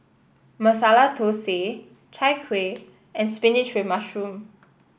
Masala Thosai Chai Kuih and spinach with mushroom